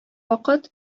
вакыт